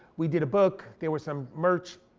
we did a book, there were some merch.